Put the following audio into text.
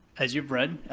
as you've read,